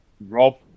Rob